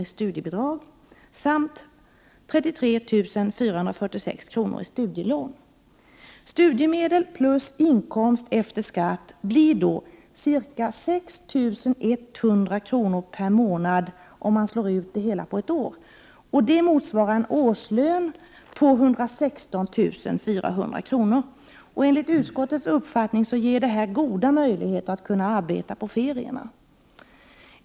i studiebidrag samt 33 446 kr. i studielån. Studiemedel plus inkomst efter skatt blir då ca 6 100 kr. per månad om man slår ut det hela på ett år. Det motsvarar en årslön på 116 400 kr. Enligt utskottets uppfattning får därmed studerande goda möjligheter att arbeta på ferierna.